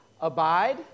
Abide